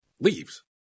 Leaves